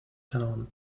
town